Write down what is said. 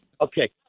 Okay